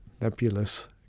nebulous